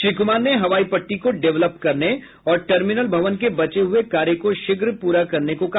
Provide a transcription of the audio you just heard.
श्री कुमार ने हवाई पट्टी को डेवलप करने और टर्मिनल भवन के बचे हुए कार्य को शीघ्र पूरा करने को कहा